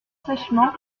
sèchement